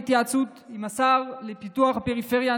בהתייעצות עם השר לפיתוח הפריפריה,